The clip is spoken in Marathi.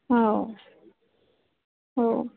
हो हो